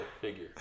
figure